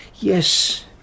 Yes